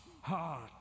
heart